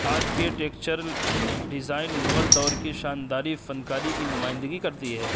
architectural design Mughal دور کی شانداری فنکاری کی نمائندغی کرتی ہے